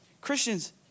Christians